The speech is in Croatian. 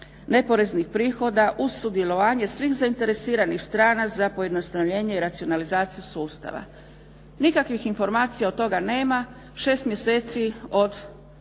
neporeznih prihoda uz sudjelovanje svih zainteresiranih strana za pojednostavljenje i racionalizaciju sustava. Nikakvih informacija o tome nema, 6 mjeseci od